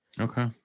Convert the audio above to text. Okay